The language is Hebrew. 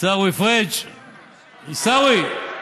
עיסאווי פריג', עיסאווי.